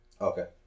Okay